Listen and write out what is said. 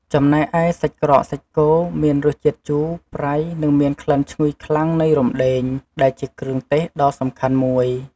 ចំណែកឯ សាច់ក្រកសាច់គោ មានរសជាតិជូរ ប្រៃ និងមានក្លិនឈ្ងុយខ្លាំងនៃរំដេង ដែលជាគ្រឿងទេសដ៏សំខាន់មួយ។